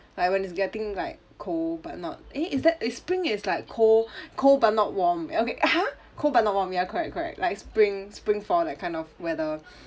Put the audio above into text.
like when it's getting like cold but not eh is that is spring is like cold cold but not warm ya okay !huh! cold but not warm ya correct correct like spring spring fall that kind of weather